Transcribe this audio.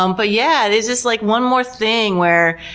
um but yeah, it's just like, one more thing where,